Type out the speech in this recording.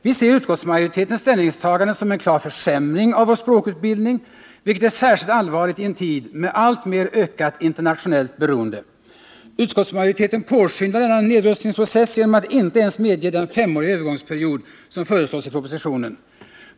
Vi ser utskottsmajoritetens ställningstagande som en klar försämring av vår språkutbildning, vilket är särskilt allvarligt i en tid med alltmer ökat internationellt beroende. Utskottsmajoriteten påskyndar denna nedrustningsprocess genom att inte ens medge den femåriga övergångsperiod som föreslås i propositionen.